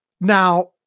Now